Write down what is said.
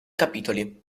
capitoli